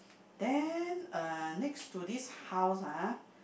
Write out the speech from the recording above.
then uh next to this house ah